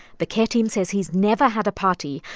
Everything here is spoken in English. the care team says he's never had a party,